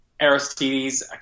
Aristides